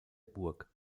burg